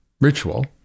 ritual